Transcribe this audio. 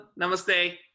Namaste